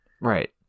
Right